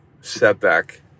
setback